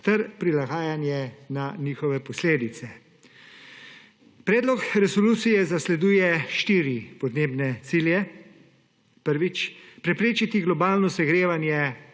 ter prilagajanje na njihove posledice. Predlog resolucije zasleduje štiri podnebne cilje. Prvič, preprečiti globalno segrevanje